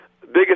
biggest